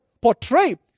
portrayed